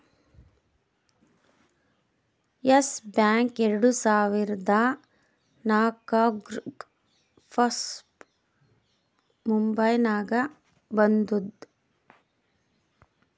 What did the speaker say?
S Bank ಎರಡು ಸಾವಿರದಾ ನಾಕ್ರಾಗ್ ಫಸ್ಟ್ ಮುಂಬೈನಾಗ ಬಂದೂದ